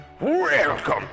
Welcome